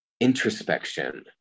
introspection